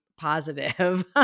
positive